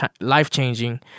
life-changing